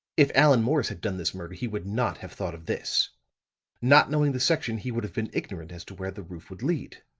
if allan morris had done this murder he would not have thought of this not knowing the section, he would have been ignorant as to where the roof would lead.